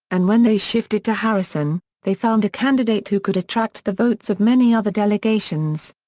and when they shifted to harrison, they found a candidate who could attract the votes of many other delegations.